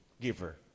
giver